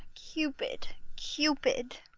cupid, cupid!